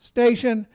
Station